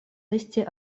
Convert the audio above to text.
esti